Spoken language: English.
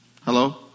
hello